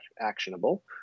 actionable